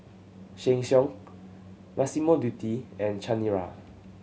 Sheng Siong Massimo Dutti and Chanira